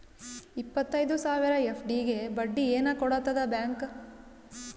ಇಪ್ಪತ್ತೈದು ಸಾವಿರ ಎಫ್.ಡಿ ಗೆ ಬಡ್ಡಿ ಏನ ಕೊಡತದ ಬ್ಯಾಂಕ್?